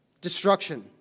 destruction